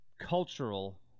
cultural